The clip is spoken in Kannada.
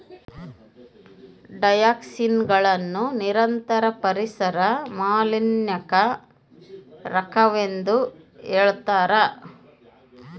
ಡಯಾಕ್ಸಿನ್ಗಳನ್ನು ನಿರಂತರ ಪರಿಸರ ಮಾಲಿನ್ಯಕಾರಕವೆಂದು ಹೇಳ್ಯಾರ